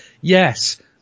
yes